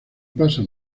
pasan